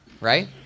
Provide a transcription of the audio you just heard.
Right